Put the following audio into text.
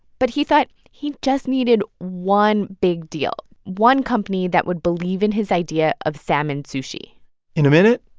but he thought, he just needed one big deal, one company that would believe in his idea of salmon sushi in a minute,